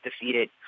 defeated